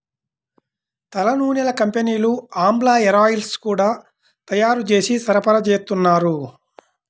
తలనూనెల కంపెనీలు ఆమ్లా హేరాయిల్స్ గూడా తయ్యారు జేసి సరఫరాచేత్తన్నారు